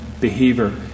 behavior